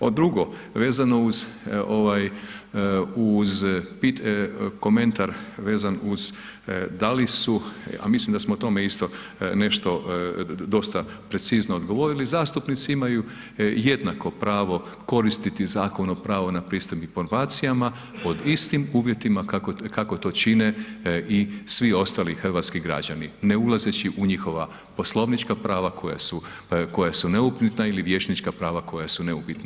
Ovo drugo, vezano uz ovaj, uz komentar vezan uz da li su, a mislim da smo o tome isto nešto dosta precizno odgovorili, zastupnici imaju jednako pravo koristiti Zakon o pravu na pristup informacijama pod istim uvjetima kako to čine i svi ostali hrvatski građani, ne ulazeći u njihova poslovnička prava koja su neupitna ili vijećnička prava koja su neupitna.